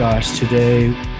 today